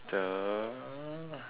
the